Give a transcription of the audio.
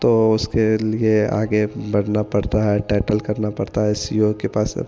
तो उसके लिए आगे बढ़ना पड़ता है टाइटल करना पड़ता है सी ओ के पास